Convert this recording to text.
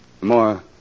More